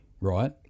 right